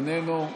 איננו,